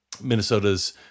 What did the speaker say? Minnesota's